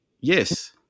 Yes